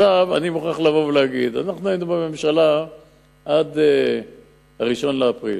אני מוכרח להגיד שאנחנו היינו בממשלה עד 1 באפריל,